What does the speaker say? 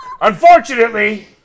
Unfortunately